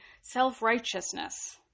self-righteousness